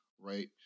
right